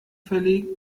verlegen